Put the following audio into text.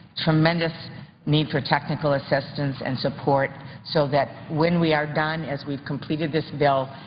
tremendous need for technical assistance and support so that when we are done, as we completed this bill,